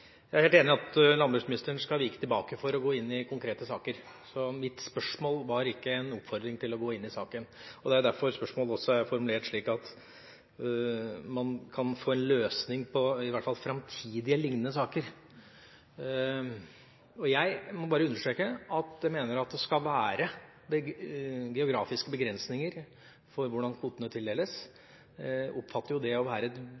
Jeg er helt enig i at landbruksministeren skal vike tilbake for å gå inn i konkrete saker. Mitt spørsmål var ikke en oppfordring om å gå inn i saken. Det er derfor spørsmålet er formulert slik at man kan få en løsning på i hvert fall framtidige lignende saker. Jeg må bare understreke at jeg mener det skal være geografiske begrensninger for hvordan kvotene tildeles. Jeg oppfatter det å være et